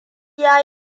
ya